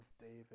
David